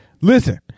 Listen